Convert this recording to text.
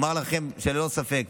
אני אומר לכם שללא ספק,